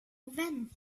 och